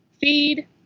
feed